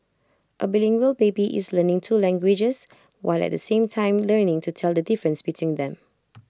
A bilingual baby is learning two languages while at the same time learning to tell the difference between them